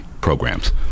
programs